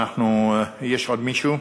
יש עוד מישהו?